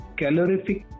calorific